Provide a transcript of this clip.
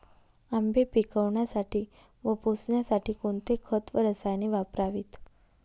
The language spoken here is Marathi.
आंबे पिकवण्यासाठी व पोसण्यासाठी कोणते खत व रसायने वापरावीत?